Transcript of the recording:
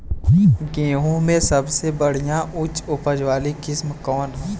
गेहूं में सबसे बढ़िया उच्च उपज वाली किस्म कौन ह?